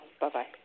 bye-bye